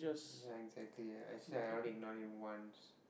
not exactly ya I say I already ignore him once